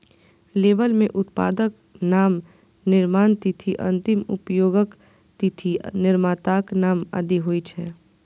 label मे उत्पादक नाम, निर्माण तिथि, अंतिम उपयोगक तिथि, निर्माताक नाम आदि होइ छै